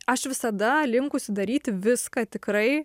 aš visada linkusi daryti viską tikrai